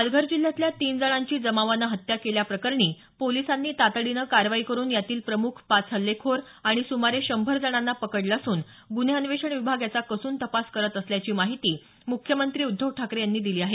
पालघर जिल्ह्यातल्या तीन जणांची जमावानं हत्या केल्याप्रकरणी पोलिसांनी तातडीनं कारवाई करून यातील प्रमुख पाच हल्लेखोर आणि सुमारे शंभर जणांना पकडलं असून गुन्हे अन्वेषण विभाग याचा कसून तपास करत असल्याची माहिती मुख्यमंत्री उद्धव ठाकरे यांनी दिली आहे